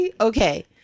Okay